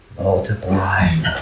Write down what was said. multiply